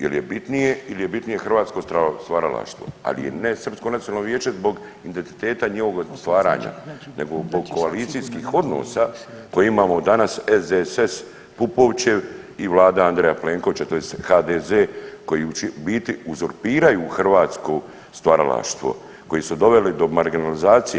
Jel' je bitnije ili je bitnije hrvatsko stvaralaštvo ali ne srpsko nacionalno vijeće zbog identiteta njihovog stvaranja, nego oko koalicijskih odnosa koje imamo danas SDSS Pupovčev i Vlada Andreja Plenkovića, tj. HDZ koji u biti uzurpiraju hrvatsko stvaralaštvo, koji su doveli do marginalizacije.